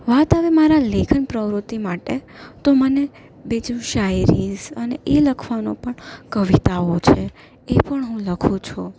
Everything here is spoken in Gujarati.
વાત હવે મારા લેખન પ્રવૃતિ માટે તો મને બીજું સાયરીસ અને એ લખવાનો પણ કવિતાઓ છે એ પણ હું લખું છું